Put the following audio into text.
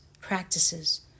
practices